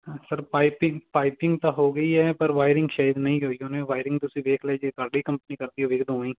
sir piping piping ਤਾਂ ਹੋ ਗਈ ਹੈ ਪਰ ਵਾਇਰਿੰਗ ਸ਼ਾਇਦ ਨਹੀਂ ਹੋਈ ਹੁਣ ਇਹ ਵਾਇਰਿੰਗ ਤੁਸੀਂ ਦੇਖ ਲਏ ਜੇ ਤੁਹਾਡੀ ਕੰਪਨੀ ਕਰਦੀ ਹੋਵੇਗੀ ਦੋਵੇਂ ਹੀ